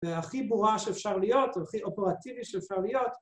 ‫הכי ברורה שאפשר להיות ‫או הכי אופרטיבי שאפשר להיות.